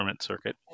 Circuit